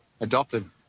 Adopted